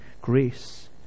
grace